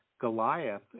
Goliath